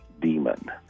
demon